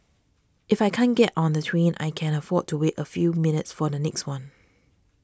if I can't get on the train I can afford to wait a few minutes for the next one